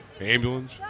ambulance